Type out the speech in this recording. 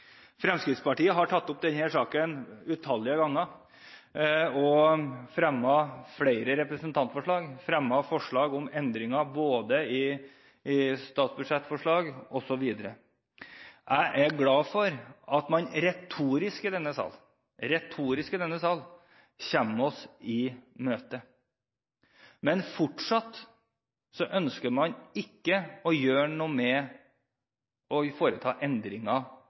Fremskrittspartiet har tatt opp denne saken utallige ganger, og fremmet flere representantforslag, forslag om endringer i statsbudsjettforslag osv. Jeg er glad for at man retorisk i denne sal – retorisk i denne sal – kommer oss i møte. Men fortsatt ønsker man ikke å foreta endringer